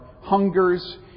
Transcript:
hungers